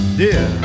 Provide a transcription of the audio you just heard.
dear